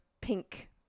pink